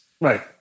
Right